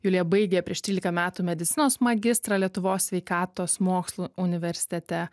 julija baigė prieš tryliką metų medicinos magistrą lietuvos sveikatos mokslų universitete